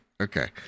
okay